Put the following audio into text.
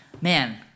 man